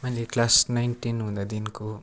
मैले class nine ten हुँदादेखिको